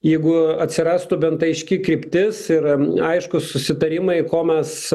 jeigu atsirastų bent aiški kryptis ir aiškūs susitarimai ko mes